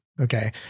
Okay